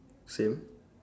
same